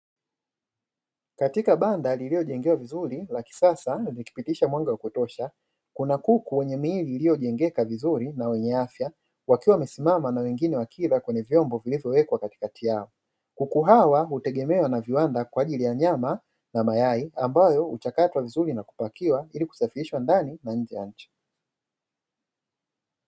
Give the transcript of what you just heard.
Katika banda lililojengewa vizuri la kisasa likipitisha mwanga wa kutosha kuna kuku walio na miili iliyojengeka vizuri na mwenye afya, wakiwa wamesimama na wengine wakila kwenye vyombo vilivyowekwa katikati yao, kuku hawa hutegemewa na viwanda kwa ajili ya nyama na mayai ambayo huchakatwa vizuri nakupakiwa ilikusafirishwa ndani na nje ya nchi.